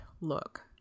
look